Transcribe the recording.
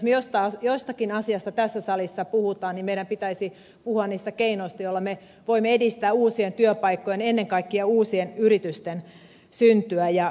jos me jostakin asiasta tässä salissa puhumme meidän pitäisi puhua niistä keinoista joilla me voimme edistää uusien työpaikkojen ennen kaikkea uusien yritysten syntyä